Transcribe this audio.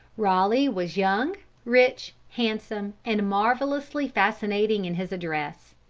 raleigh was young, rich, handsome and marvelously fascinating in his address.